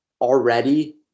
already